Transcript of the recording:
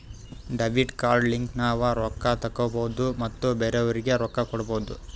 debit card ಲಿಂತ ನಾವ್ ರೊಕ್ಕಾ ತೆಕ್ಕೋಭೌದು ಮತ್ ಬೇರೆಯವ್ರಿಗಿ ರೊಕ್ಕಾ ಕೊಡ್ಭೌದು